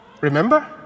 Remember